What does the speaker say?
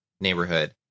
neighborhood